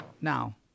Now